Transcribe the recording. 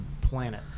planet